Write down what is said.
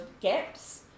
gaps